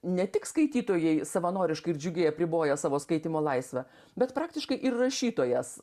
ne tik skaitytojai savanoriškai ir džiugiai apriboja savo skaitymo laisvę bet praktiškai ir rašytojas